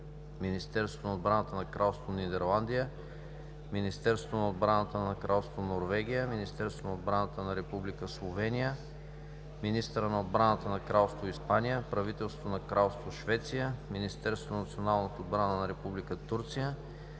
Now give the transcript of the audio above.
Министерството на отбраната на Кралство Нидерландия, Министерството на отбраната на Кралство Норвегия, Министерството на отбраната на Република Словения, министъра на отбраната на Кралство Испания, Правителството на Кралство Швеция, Министерството на националната отбрана на Република Турция,